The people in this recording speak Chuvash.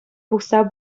пухса